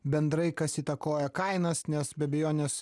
bendrai kas įtakoja kainas nes be abejonės